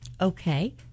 Okay